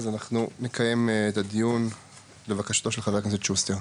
אז אנחנו נקיים את הדיון לבקשתו של חה"כ שוסטר.